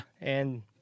And-